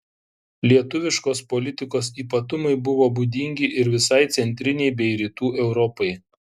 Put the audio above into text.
lietuviškos politikos ypatumai buvo būdingi ir visai centrinei bei rytų europai